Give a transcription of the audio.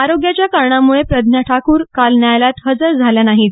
आरोग्याच्या कारणामुळं प्रज्ज्ञा ठाकूर काल न्यायालयात हजर झाल्या नाहीत